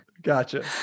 Gotcha